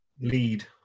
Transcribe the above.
Lead